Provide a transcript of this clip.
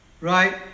right